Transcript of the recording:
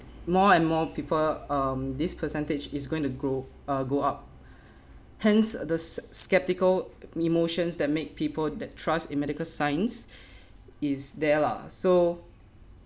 more and more people um this percentage is going to grow uh go up hence the s~ skeptical emotions that make people that trust in medical science is there lah so